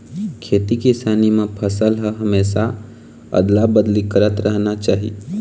खेती किसानी म फसल ल हमेशा अदला बदली करत रहना चाही